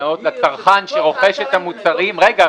נאות לצרכן שרוכש את המוצרים --- תבהיר שזה --- רגע,